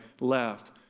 left